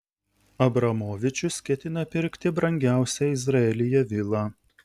abramovičius ketina pirkti brangiausią izraelyje vilą